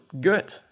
good